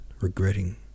regretting